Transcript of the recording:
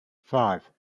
five